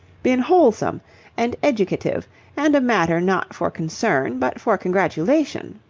been wholesome and educative and a matter not for concern but for congratulation.